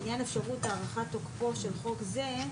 בצירוף המלצות לעניין אפשרות הארכת תוקפו של חוק זה.